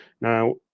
Now